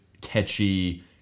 catchy